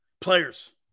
Players